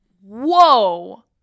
Whoa